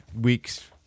weeks